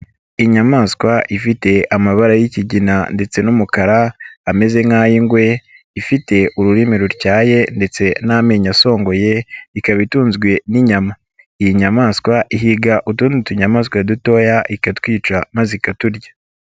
Inyamaswa ifite amabara y'ikigina ndetse n'umukara, ameze nk'ay'ingwe, ifite ururimi rutyaye ndetse n'amenyo asongoye, ikaba itunzwe n'inyama. Iyi nyamaswa ihiga utundi tunyamaswa dutoya, ikatwica maze ikaturya.